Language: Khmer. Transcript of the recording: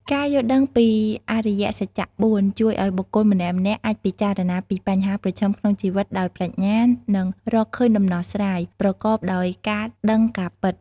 ការយល់ដឹងពីអរិយសច្ចៈ ៤ ជួយឲ្យបុគ្គលម្នាក់ៗអាចពិចារណាពីបញ្ហាប្រឈមក្នុងជីវិតដោយប្រាជ្ញា និងរកឃើញដំណោះស្រាយ ប្រកបដោយការដឹងការពិត។